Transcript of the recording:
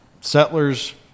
settlers